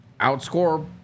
outscore